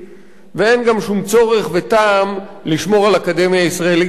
ואין גם שום צורך וטעם לשמור על האקדמיה הישראלית למדעים.